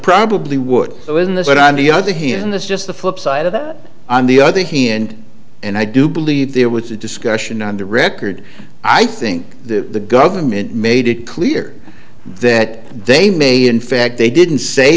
probably would win this but on the other hand this just the flip side of that on the other hand and i do believe there was a discussion on the record i think the government made it clear that they may in fact they didn't say